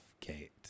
Kate